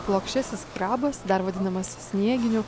plokščiasis krabas dar vadinamas snieginiu